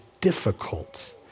difficult